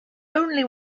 only